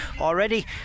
already